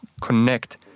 connect